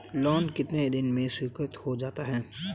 Loan कितने दिन में स्वीकृत हो जाता है?